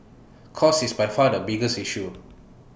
cost is by far the biggest issue